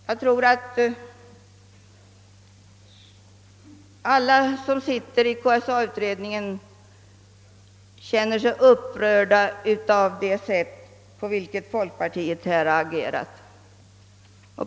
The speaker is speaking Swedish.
Jag tror att alla som sitter i KSA-utredningen är upprörda över det sätt på vilket folkpartiet här har agerat.